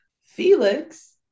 Felix